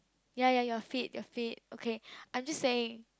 ya ya your feet your feet okay I just saying